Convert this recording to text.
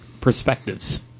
perspectives